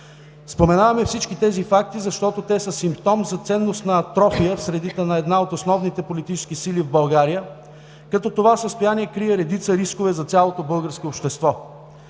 Споменаваме всички тези факти, защото те са симптом за ценностна атрофия в средите на една от основните политически сили в България, като това състояние крие редица рискове за цялото българско общество.